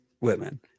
women